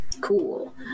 Cool